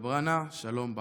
אדברה נא שלום בך.